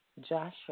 Joshua